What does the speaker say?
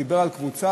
דיבר על קבוצה.